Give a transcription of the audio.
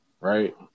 right